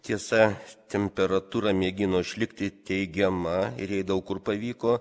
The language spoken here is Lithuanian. tiesa temperatūra mėgino išlikti teigiama ir jai daug kur pavyko